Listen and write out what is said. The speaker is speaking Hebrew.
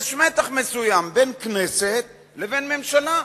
יש מתח מסוים בין הכנסת לבין ממשלה.